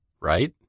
right